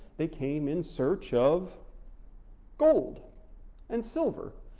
they came in search of gold and silver,